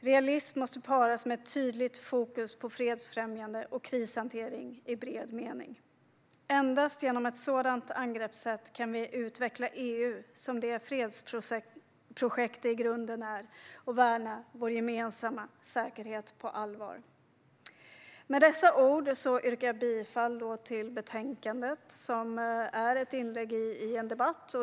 Realism måste paras med ett tydligt fokus på fredsfrämjande och krishantering i bred mening. Endast med ett sådant angreppsätt kan vi utveckla EU som det fredsprojekt det i grunden är och värna vår gemensamma säkerhet på allvar. Med dessa ord yrkar jag bifall till utskottets förslag, som är ett inlägg i en debatt.